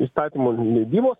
įstatymų leidimas